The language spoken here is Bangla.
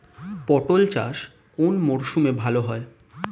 পটল চাষ কোন মরশুমে ভাল হয়?